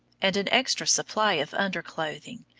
and an extra supply of under clothing,